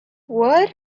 what